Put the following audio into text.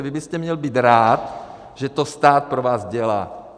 Vy byste měl být rád, že to stát pro vás dělá.